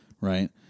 right